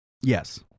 yes